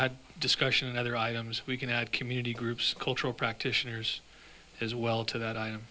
had discussion and other items we can add community groups cultural practitioners as well to that i am